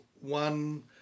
one